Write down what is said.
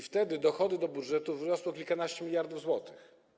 Wtedy dochody do budżetu wzrosły o kilkanaście miliardów złotych.